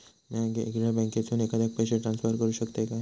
म्या येगल्या बँकेसून एखाद्याक पयशे ट्रान्सफर करू शकतय काय?